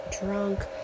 drunk